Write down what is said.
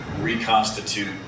reconstitute